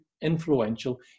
influential